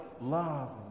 love